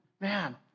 man